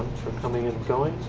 for coming and going.